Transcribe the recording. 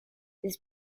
this